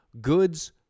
goods